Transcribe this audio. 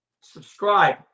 subscribe